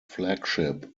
flagship